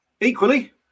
equally